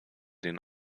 den